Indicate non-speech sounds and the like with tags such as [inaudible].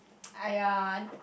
[noise] !aiya!